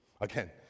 Again